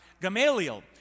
Gamaliel